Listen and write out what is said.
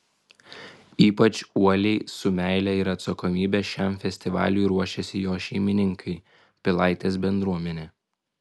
ypač uoliai su meile ir atsakomybe šiam festivaliui ruošiasi jo šeimininkai pilaitės bendruomenė